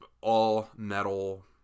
all-metal